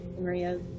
Maria